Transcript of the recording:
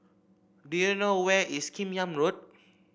do you know where is Kim Yam Road